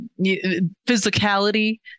physicality